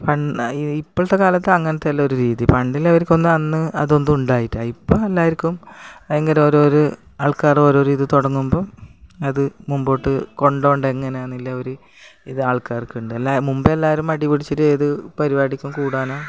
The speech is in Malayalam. പൻ ഇപ്പോഴത്തെക്കാലത്ത് അങ്ങനത്തെയെല്ലാം ഒരു രീതി പണ്ടില്ലാത്തവർക്കൊന്നും അന്ന് അതൊന്നും ഉണ്ടായിട്ടില്ല ഇപ്പോൾ എല്ലാവർക്കും ഭയങ്കര ഓരോരോ ആൾക്കാർ ഓരോരോ ഇതു തുടങ്ങുമ്പോൾ അതു മുൻപോട്ടു കൊണ്ടു പോകുന്നുണ്ട് എങ്ങനെയാന്നുള്ള ഒര് ഇത് ആൾക്കാർക്കുണ്ട് അല്ല മുൻപെല്ലാവരും മടി പിടിച്ചിട്ട് ഏതു പരിപാടിക്കും കൂടാനോ